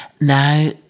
Now